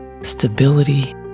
stability